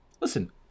Listen